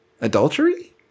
adultery